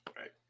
right